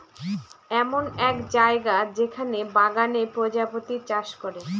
এমন এক জায়গা যেখানে বাগানে প্রজাপতি চাষ করে